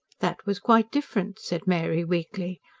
that was quite different, said mary weakly.